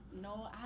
No